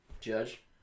Judge